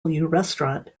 restaurant